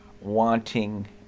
wanting